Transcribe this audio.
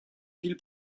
ville